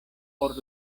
por